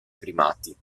primati